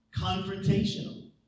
confrontational